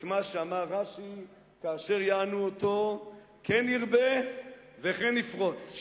את מה שאמר רש"י: כאשר יענו אותו כן ירבה וכן יפרוץ,